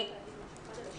אני חייבת להגיד לך,